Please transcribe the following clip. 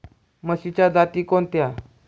म्हशीच्या जाती कोणत्या?